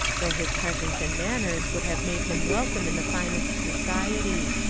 though his presence and manners would have made him welcome in the finest society.